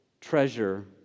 treasure